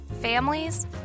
families